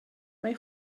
mae